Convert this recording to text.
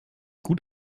gut